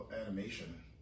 animation